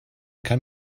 kann